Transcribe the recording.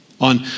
On